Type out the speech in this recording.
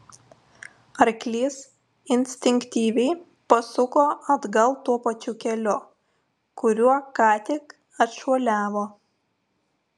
arklys instinktyviai pasuko atgal tuo pačiu keliu kuriuo ką tik atšuoliavo